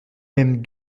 même